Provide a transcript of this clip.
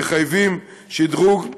חייבים שדרוג.